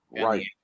right